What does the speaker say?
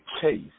case